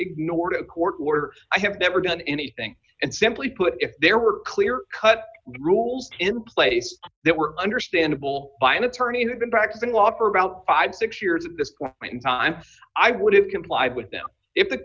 ignored a court order i have never done anything and simply put if there were clear cut rules in place that were understandable by an attorney who had been practicing whopper about fifty six years at this point in time i would have complied with them if the